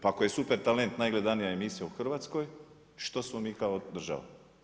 Pa ako je Super talent najgledanija emisija u Hrvatskoj, što smo mi kao država?